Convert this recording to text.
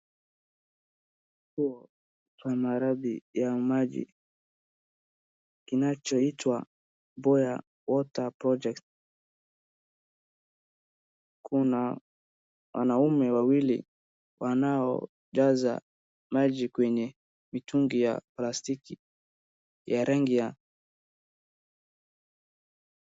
Kituo cha mahali ya maji kinachoitwa, BOYA WATER PROJECT . Kuna wanaume wawili wanaojaza maji kwenye mitungi ya plastiki ya rangi ya...